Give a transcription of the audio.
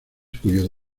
cuyo